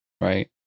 Right